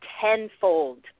tenfold